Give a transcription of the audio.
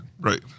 Right